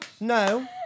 No